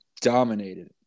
dominated